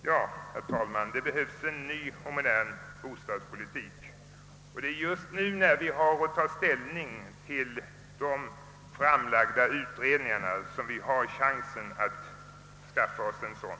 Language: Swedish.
Herr talman! Det behövs en ny och modern bostadspolitik. Det är just nu, när vi skall ta ställning till de framlag da utredningarna, som vi har chansen att skaffa oss en sådan.